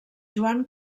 joan